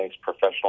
professional